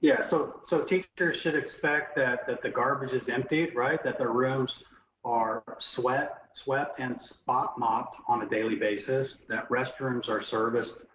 yeah so so teachers should expect that that the garbage is emptied, right? that their rooms are swept swept and spot mopped on a daily basis, that restrooms are serviced